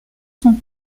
son